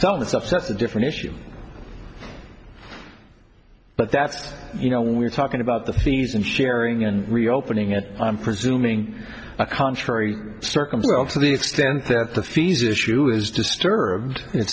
of the stuff that's a different issue but that's you know when we're talking about the fees and sharing and reopening it i'm presuming a contrary circumstance and the extent that the fees issue is disturbed it